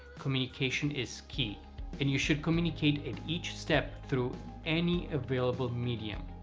communication is key and you should communicate at each step through any available medium.